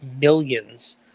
millions